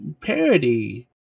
Parody